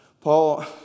Paul